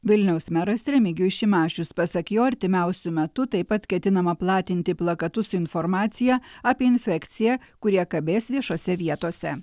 vilniaus meras remigijus šimašius pasak jo artimiausiu metu taip pat ketinama platinti plakatus su informacija apie infekciją kurie kabės viešose vietose